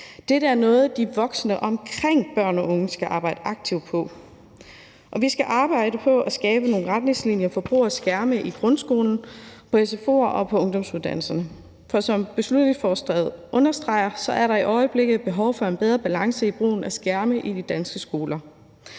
Dette er noget, de voksne omkring børn og unge skal arbejde aktivt på. Vi skal også arbejde på at skabe nogle retningslinjer for brug af skærme i grundskolen, på sfo'er og på ungdomsuddannelserne, for som beslutningsforslaget understreger, er der i øjeblikket behov for en bedre balance i brugen af skærme i de danske skoler.